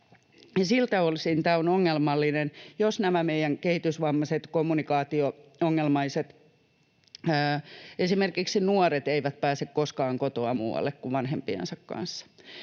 Siltä osin tämä on ongelmallinen, jos nämä meidän kehitysvammaiset kommunikaatio-ongelmaiset, esimerkiksi nuoret, eivät pääse koskaan kotoa muualle kuin vanhempiensa kanssa.